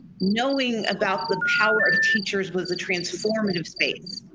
knowing about the power of teachers was a transformative space.